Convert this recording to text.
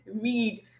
read